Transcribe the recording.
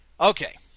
Okay